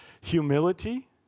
humility